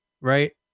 right